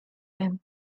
zen